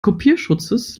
kopierschutzes